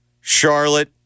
Charlotte